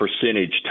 percentage